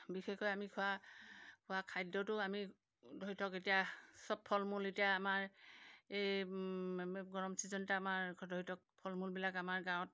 বিশেষকৈ আমি খোৱা খোৱা খাদ্যটো আমি ধৰি থওক এতিয়া চব ফল মূল এতিয়া আমাৰ এই গৰম চিজনতে আমাৰ ধৰি থওক ফল মূলবিলাক আমাৰ গাঁৱত